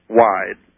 wide